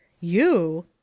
You